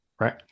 Right